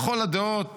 לכל הדעות